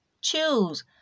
choose